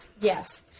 Yes